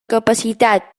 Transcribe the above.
capacitat